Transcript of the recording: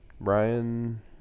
Brian